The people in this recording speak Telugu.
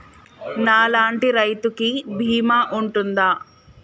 నా లాంటి రైతు కి బీమా ఉంటుందా?